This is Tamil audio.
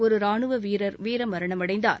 ஒரு ராணுவ வீரர் வீரமரமணமடந்தார்